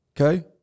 Okay